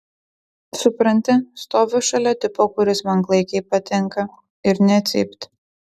supranti stoviu šalia tipo kuris man klaikiai patinka ir nė cypt